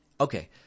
Okay